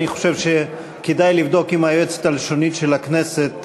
אני חושב שכדאי לבדוק עם היועצת הלשונית של הכנסת.